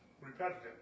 repetitive